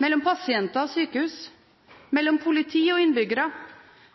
mellom pasienter og sykehus, mellom politi og innbyggere,